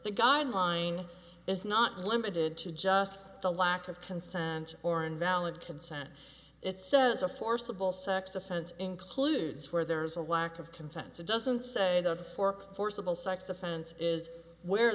the guideline is not limited to just the lack of consent or invalid consent it says a forcible sex offense includes where there's a lack of contents it doesn't say that for forcible sex offense is where